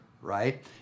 right